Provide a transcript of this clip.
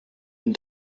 and